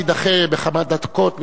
תידחה בכמה דקות,